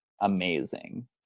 amazing